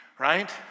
right